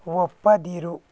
ಒಪ್ಪದಿರು